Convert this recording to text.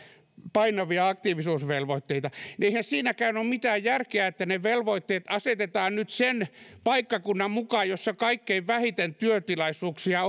painavia aktiivisuusvelvoitteita eihän siinäkään ole mitään järkeä että ne velvoitteet asetetaan sen paikkakunnan mukaan jossa on kaikkein vähiten työtilaisuuksia